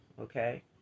okay